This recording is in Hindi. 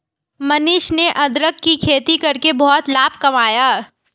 मनीष ने अदरक की खेती करके बहुत लाभ कमाया